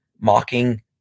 mocking